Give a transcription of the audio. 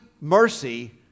mercy